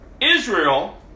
Israel